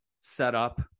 setup